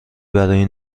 برای